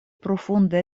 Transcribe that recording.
profunda